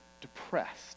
depressed